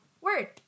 Word